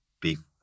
beef